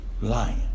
lion